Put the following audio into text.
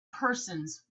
persons